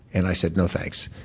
and i said, no, thanks.